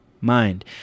mind